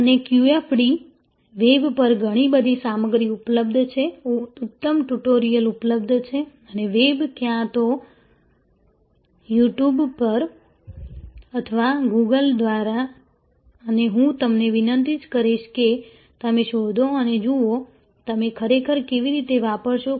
અને QFD web પર ઘણી બધી સામગ્રી ઉપલબ્ધ છે ઉત્તમ ટ્યુટોરિયલ્સ ઉપલબ્ધ છે અને વેબ ક્યાં તો You Tube પર અથવા Google દ્વારા અને હું તમને વિનંતી કરીશ કે તમે શોધો અને જુઓ તમે ખરેખર કેવી રીતે વાપરશો